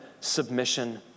submission